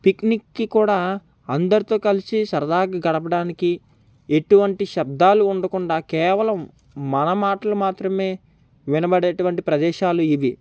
పిక్నిక్కి కూడా అందరితో కలసి సరదాగా గడపడానికి ఏటువంటి శబ్దాలు ఉండకుండా కేవలం మన మాటలు మాత్రమే వినపడేటటువంటి ప్రదేశాలు ఇవి